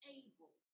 able